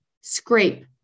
scrape